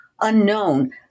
unknown